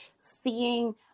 seeing